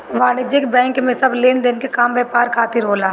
वाणिज्यिक बैंक में सब लेनदेन के काम व्यापार खातिर होला